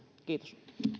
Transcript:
kiitos